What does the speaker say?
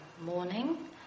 morning